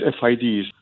FIDs